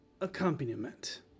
accompaniment